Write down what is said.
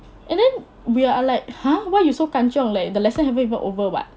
and then we are like !huh! why you so kan chiong like the lesson haven't even over [what]